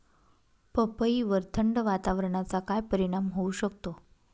पपईवर थंड वातावरणाचा काय परिणाम होऊ शकतो?